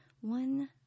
one